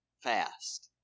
fast